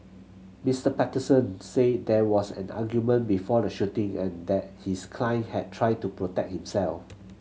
Mister Patterson said there was an argument before the shooting and that his client had tried to protect himself